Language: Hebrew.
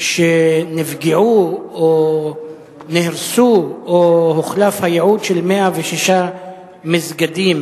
שנפגעו או נהרסו או הוחלף הייעוד של 106 מסגדים